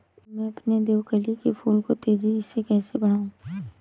मैं अपने देवकली के फूल को तेजी से कैसे बढाऊं?